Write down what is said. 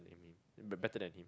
b~ better than him